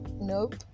nope